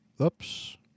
Oops